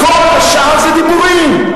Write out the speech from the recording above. כל השאר זה דיבורים.